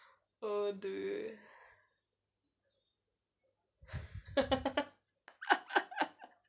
oh dude